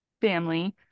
family